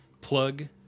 Plug